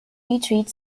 retreat